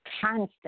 constant